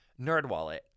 NerdWallet